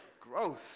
Gross